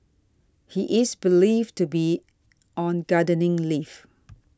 he is believed to be on gardening leave